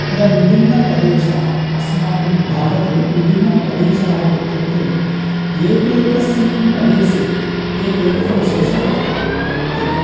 यदा विभिन्नप्रदेशाः अस्माकं भारते विभिन्नप्रदेशाः वर्तन्ते एकैकस्मिन् प्रदेशे एकैकः विशेषः वर्तते एकं